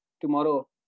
tomorrow